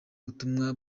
ubutumwa